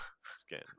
skin